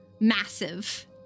massive